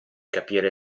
capire